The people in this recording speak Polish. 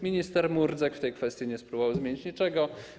Minister Murdzek w tej kwestii nie spróbował zmienić niczego.